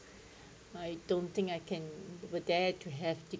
I don't think I can were there to have the